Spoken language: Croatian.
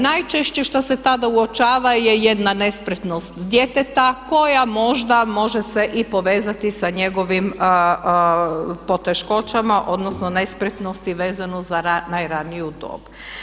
Najčešće što se tada uočava je jedna nespretnost djeteta koja možda može se i povezati sa njegovim poteškoćama odnosno nespretnostima vezanim za najraniju dob.